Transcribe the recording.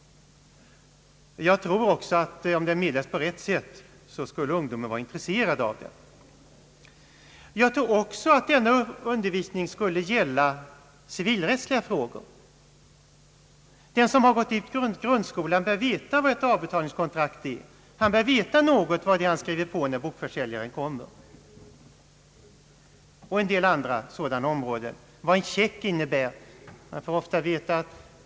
Om undervisningen meddelas på rätt sätt tror jag också att ungdomen skulle vara intresserad av den. Enligt min mening borde undervisningen också gälla civilrättsliga frågor. Den som har gått ut grundskolan bör veta vad ett avbetalningskontrakt är; han bör veta vad det är han skriver under när bokförsäljaren kommer. Han bör också veta t.ex. vad en check innebär.